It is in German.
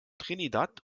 trinidad